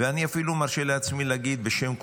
ואני אפילו מרשה לעצמי להגיד בשם כולם,